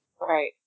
right